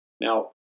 Now